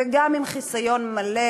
וגם עם חיסיון מלא,